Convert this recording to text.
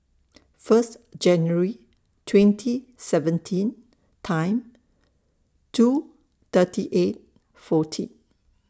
First January twenty seventeen Time two thirty eight fourteen